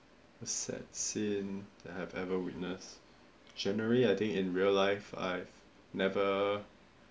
sad scene that I've ever witnessed generally I think in real life I've never